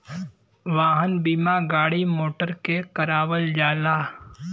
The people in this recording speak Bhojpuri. वाहन बीमा गाड़ी मोटर के करावल जाला